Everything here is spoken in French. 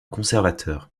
conservateur